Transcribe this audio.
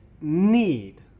need